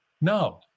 no